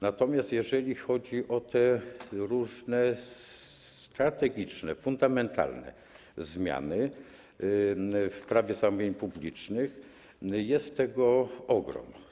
Natomiast jeżeli chodzi o różne strategiczne, fundamentalne zmiany w Prawie zamówień publicznych, jest tego ogrom.